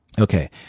Okay